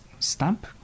Stamp